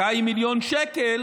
200 מיליון שקל